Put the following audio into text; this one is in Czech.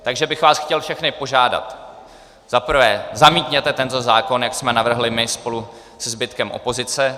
Takže bych vás chtěl všechny požádat, za prvé, zamítněte tento zákon, jak jsme navrhli my spolu se zbytkem opozice.